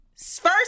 first